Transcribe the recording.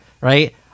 right